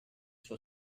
suo